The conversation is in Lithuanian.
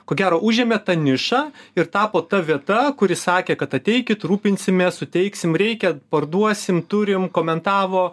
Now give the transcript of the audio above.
ko gero užėmė ta nišą ir tapo ta vieta kuri sakė kad ateikit rūpinsimės suteiksim reikia parduosim turim komentavo